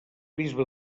bisbe